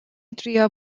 drio